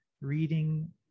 reading